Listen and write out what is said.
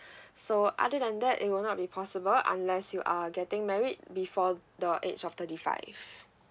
so other than that it will not be possible unless you are getting married before the age of thirty five